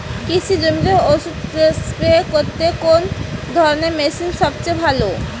কৃষি জমিতে ওষুধ স্প্রে করতে কোন ধরণের মেশিন সবচেয়ে ভালো?